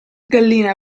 gallina